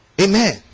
Amen